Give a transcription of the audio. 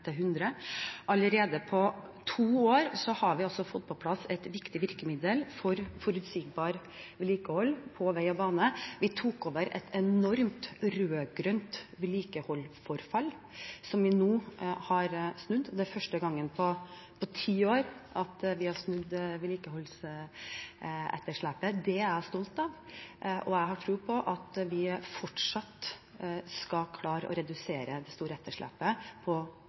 til 100 mrd. kr. Allerede etter to år har vi også fått på plass et viktig virkemiddel for forutsigbart vedlikehold på vei og bane. Vi tok over et enormt rød-grønt vedlikeholdsforfall som vi nå har snudd. Det er første gang på ti år at vi har snudd vedlikeholdsetterslepet. Det er jeg stolt av, og jeg har tro på at vi skal klare å redusere det store etterslepet på